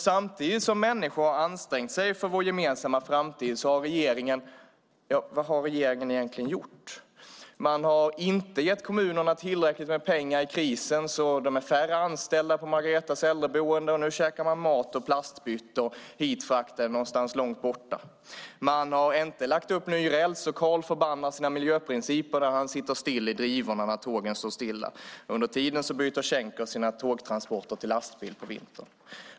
Samtidigt som människor har ansträngt sig för vårt gemensamma har regeringen - ja, vad har regeringen egentligen gjort? Man har inte gett kommunerna tillräckligt med pengar under krisen, så de är färre anställda på Margaretas äldreboende, och nu käkar man mat ur plastbyttor ditfraktade från någonstans långt borta. Man har inte lagt upp ny räls, och Karl förbannar sina miljöprinciper när han sitter fast i drivorna när tågen står stilla. Under tiden byter Schenker sina tågtransporter till lastbil på vintern.